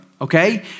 okay